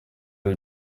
ari